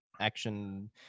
action